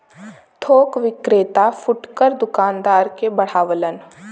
थोक विक्रेता फुटकर दूकानदार के बढ़ावलन